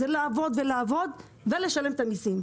זה לעבוד ולעבוד ולשלם את המיסים.